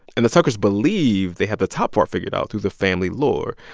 and the tuckers believe they had the top part figured out through the family lore.